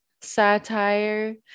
satire